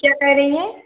क्या कह रही हैं